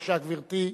בבקשה, גברתי.